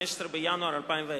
15 בינואר 2010,